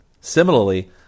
Similarly